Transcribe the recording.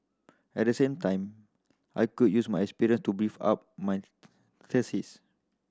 at the same time I could use my experience to beef up my thesis